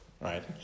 right